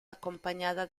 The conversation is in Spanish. acompañada